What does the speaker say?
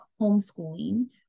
homeschooling